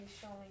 showing